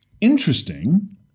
Interesting